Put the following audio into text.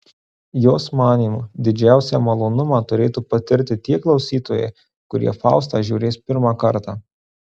jos manymu didžiausią malonumą turėtų patirti tie klausytojai kurie faustą žiūrės pirmą kartą